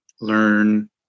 learn